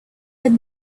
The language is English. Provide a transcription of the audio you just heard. had